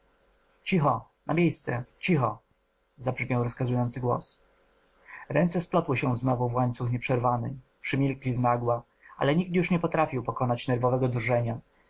cicho na miejsca cicho zabrzmiał rozkazujący głos ręce splotły się znowu w łańcuch nieprzerwany przymilkli znagła ale już nikt nie potrafił pokonać nerwowego drżenia